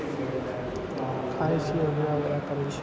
खाइ छियै